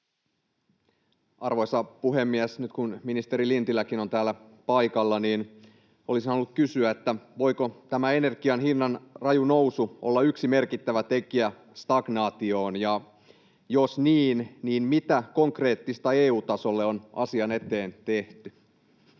Arvoisa puhemies! Nyt kun ministeri Lintiläkin on täällä paikalla, niin olisin halunnut kysyä: voiko tämä energian hinnan raju nousu olla yksi merkittävä tekijä stagnaatioon, ja jos niin, niin mitä konkreettista EU-tasolla on asian eteen tehty?